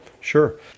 sure